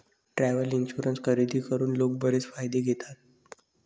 travel insurance खरेदी करून लोक बरेच फायदे घेतात